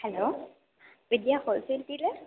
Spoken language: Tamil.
hello Vidya wholesale dealer